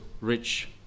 rich